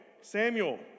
Samuel